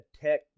tech